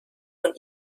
von